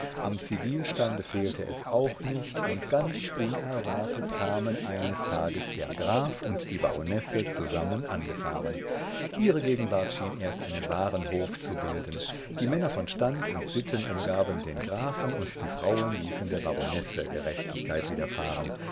am zivilstande fehlte es auch nicht und ganz unerwartet kamen eines tages der graf und die baronesse zusammen angefahren ihre gegenwart schien erst einen wahren hof zu bilden die männer von stand und sitten umgaben den grafen und die frauen ließen der baronesse gerechtigkeit